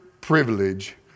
privilege